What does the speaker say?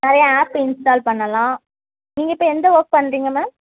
நிறைய app install பண்ணலாம் நீங்கள் இப்போ எந்த ஒர்க் பண்ணுறீங்க மேம்